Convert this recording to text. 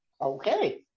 Okay